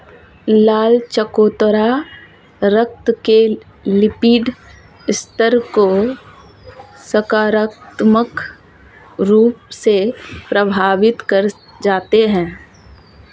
लाल चकोतरा रक्त के लिपिड स्तर को सकारात्मक रूप से प्रभावित कर जाते हैं